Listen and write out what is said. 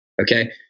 Okay